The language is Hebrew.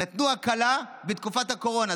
נתנו הקלה בתקופת הקורונה,